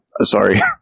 Sorry